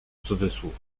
cudzysłów